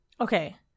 okay